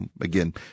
again